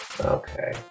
Okay